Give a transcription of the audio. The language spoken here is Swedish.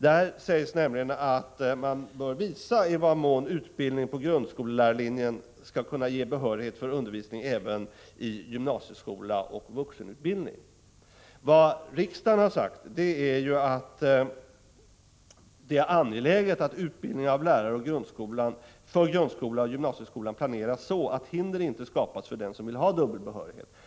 Där sägs nämligen att man bör visa i vad mån utbildningen på grundskollärarlinjen skall kunna ge behörighet för undervisning även i gymnasieskola och vuxenutbildning. Vad riksdagen har sagt är ju att det är angeläget att utbildningen av lärare för grundskolan och gymnasieskolan planeras så, att hinder inte skapas för den som vill ha dubbel behörighet.